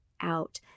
out